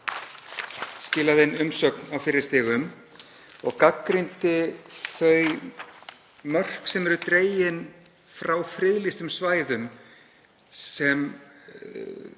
skilaði inn umsögn á fyrri stigum og gagnrýndi þau mörk sem eru dregin frá friðlýstum svæðum sem